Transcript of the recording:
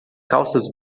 calças